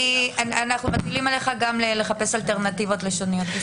אנחנו מטילים עליך לחפש אלטרנטיבות לשוניות.